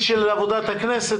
לשאלתך השנייה,